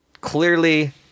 Clearly